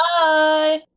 bye